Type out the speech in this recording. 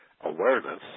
awareness